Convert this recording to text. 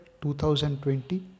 2020